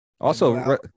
Also-